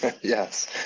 yes